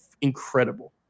incredible